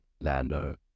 Lando